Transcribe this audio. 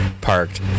parked